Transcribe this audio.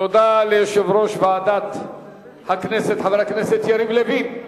תודה ליושב-ראש ועדת הכנסת, חבר הכנסת יריב לוין.